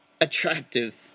attractive